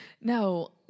No